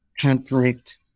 conflict